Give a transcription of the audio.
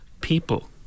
people